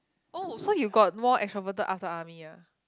oh so you got more extroverted after army ah